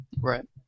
Right